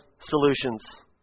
solutions